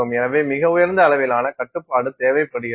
எனவே மிக உயர்ந்த அளவிலான கட்டுப்பாடு தேவைப்படுகிறது